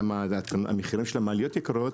למה המחירים של המעליות יקרות?